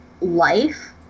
life